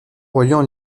reliant